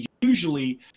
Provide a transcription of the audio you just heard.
Usually